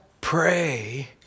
pray